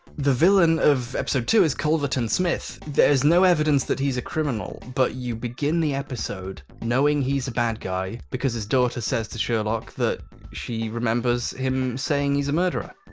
the villain of episode two is culverton smith there is no evidence that he's a criminal, but you begin the episode knowing he's a bad guy because his daughter says to sherlock that she remembers him saying he's a murderer.